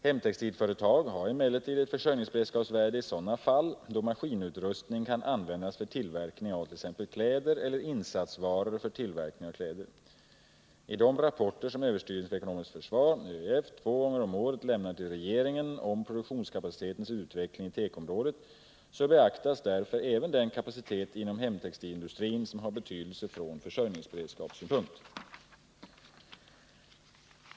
Hemtextilföretag har emellertid ett försörjningsberedskapsvärde i sådana fall då maskinutrustningen kan användas för tillverkning av t.ex. kläder eller insatsvaror för tillverkning av kläder. I de rapporter som överstyrelsen för ekonomiskt försvar två gånger om året lämnar till regeringen om produktionskapacitetens utveckling på tekoområdet, beaktas därför även den kapacitet inom hemtextilindustrin som har betydelse från försörjningsberedskapssynpunkt.